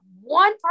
one